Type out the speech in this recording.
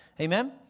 Amen